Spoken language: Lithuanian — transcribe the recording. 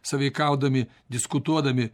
sąveikaudami diskutuodami